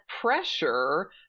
pressure